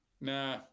Nah